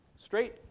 straight